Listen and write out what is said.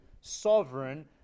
sovereign